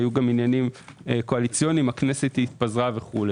היו גם עניינים קואליציוניים הכנסת התפזרה וכו'.